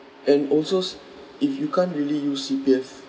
and alsos if you can't really use C_P_F